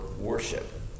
worship